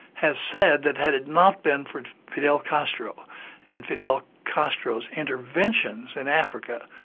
has said that had it not been for fidel castro and fidel castro's interventions in africa,